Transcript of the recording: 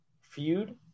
feud